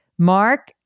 Mark